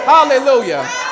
Hallelujah